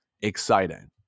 exciting